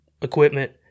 equipment